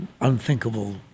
unthinkable